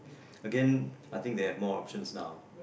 Again I think they have more options now